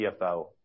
CFO